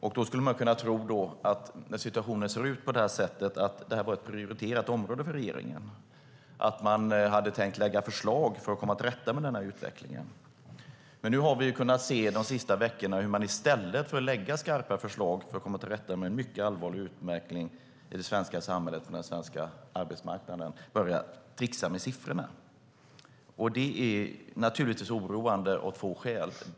Man skulle kunna tro att det var ett prioriterat område för regeringen när situationen ser ut på det sättet och att den hade tänkt lägga fram förslag för att komma till rätta med utvecklingen. Nu har vi de senaste veckorna kunnat se hur man i stället för att lägga fram skarpa förslag för att komma till rätta med en mycket allvarlig utveckling i det svenska samhället och på den svenska arbetsmarknaden börjar tricksa med siffrorna. Det är oroande av två skäl.